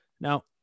Now